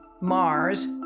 Mars